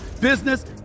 business